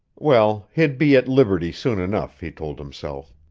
well, he'd be at liberty soon enough, he told himself.